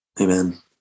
Amen